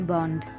Bond